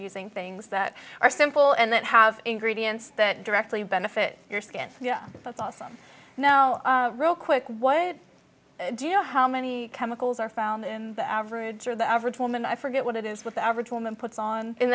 using things that are simple and that have ingredients that directly benefit your skin that's awesome no real quick what do you know how many chemicals are found in the average of the average woman i forget what it is with the average woman puts